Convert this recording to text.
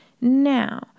Now